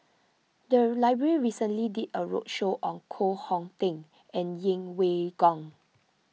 the library recently did a roadshow on Koh Hong Teng and Yeng Pway Ngon